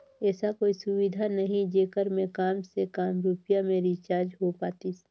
ऐसा कोई सुविधा नहीं जेकर मे काम से काम रुपिया मे रिचार्ज हो पातीस?